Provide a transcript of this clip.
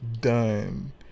done